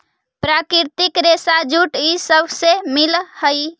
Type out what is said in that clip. प्राकृतिक रेशा जूट इ सब से मिल हई